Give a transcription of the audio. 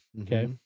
Okay